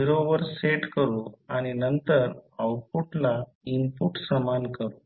0 वर सेट करू आणि नंतर आउटपुटला इनपुट समान करू